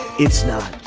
it's not.